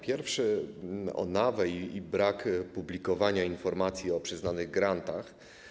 Pierwsze dotyczy NAWA i braku publikowania informacji o przyznanych grantach.